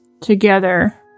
together